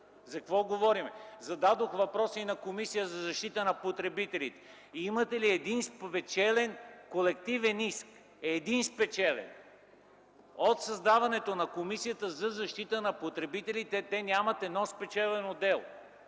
За какво говорим?! Зададох въпрос и на Комисията за защита на потребителите: имате ли един спечелен колективен иск? Един спечелен?! От създаването на Комисията за защита на потребителите те нямат едно спечелено дело.